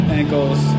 ankles